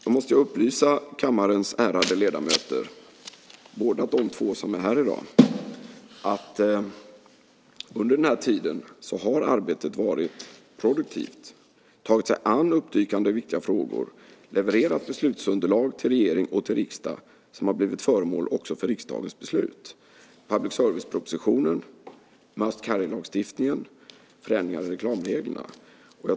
Jag måste upplysa kammarens ärade ledamöter - de två som är här i dag - att under den här tiden har arbetet varit produktivt. Utredningen har tagit sig an uppdykande viktiga frågor och levererat beslutsunderlag till regering och riksdag, som också har blivit föremål för riksdagens beslut. Det gäller public service-propositionen, must carry lagstiftningen och förändringar i reklamreglerna.